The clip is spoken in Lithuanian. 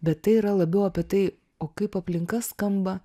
bet tai yra labiau apie tai o kaip aplinka skamba